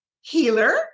healer